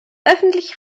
öffentlich